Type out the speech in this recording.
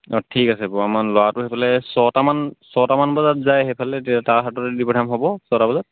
অ ঠিক আছে বাৰু আমাৰ ল'ৰাটো সিফালে ছয়টামান ছয়টামান বজাত যায় সেইফালে তাৰ হাততে দি পঠাম হ'ব ছয়টা বজাত